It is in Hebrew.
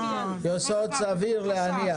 "יסוד סביר להניח".